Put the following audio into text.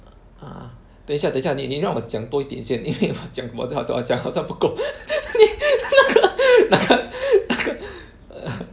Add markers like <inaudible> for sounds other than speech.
(uh huh) 等一下等一下你你让我讲多一点先因为你我讲我讲我的好像好像不够 <laughs> 那个那个 <laughs>